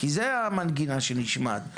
כי זאת המנגינה שנשמעת,